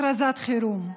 הכרזת חירום.